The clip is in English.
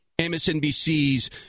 MSNBC's